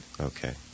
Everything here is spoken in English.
okay